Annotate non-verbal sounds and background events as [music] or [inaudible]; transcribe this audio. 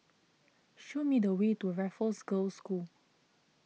show me the way to Raffles Girls' School [noise]